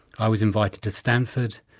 i was invited to stanford,